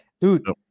dude